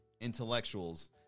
intellectuals